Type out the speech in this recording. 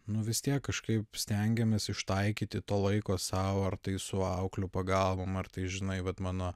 nu vis tiek kažkaip stengiamės ištaikyti to laiko sau ar tai su auklių pagalbom ar tai žinai vat mano